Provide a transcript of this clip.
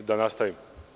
Da nastavim.